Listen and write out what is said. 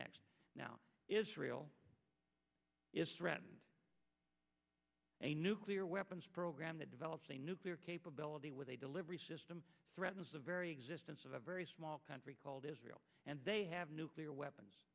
next now israel is threatened a nuclear weapons program that develops a nuclear capability with a delivery system threatens the very existence of a very small country called israel and they have nuclear weapons